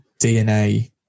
DNA